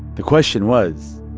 the question was,